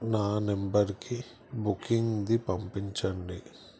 నా నెంబర్కి బుకింగ్ది పంపించండి